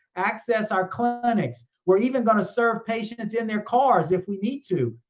access our clinics. we're even gonna serve patients in their cars if we need to.